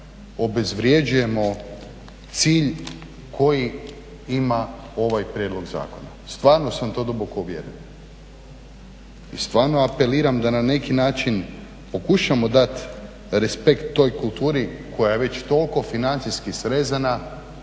obezvređujemo cilj koji ima ovaj prijedlog zakona. Stvarno sam to duboko uvjeren i stvarno apeliram da na neki način da pokušamo respekt toj kulturi koja je već toliko financijski srezana,